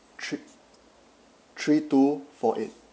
thr~ three two four eight